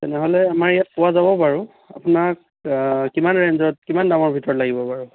তেনেহ'লে আমাৰ ইয়াত পোৱা যাব বাৰু আপোনাক কিমান ৰেঞ্জত কিমান দামৰ ভিতৰত লাগিব বাৰু